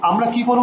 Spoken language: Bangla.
আমরা কি করবো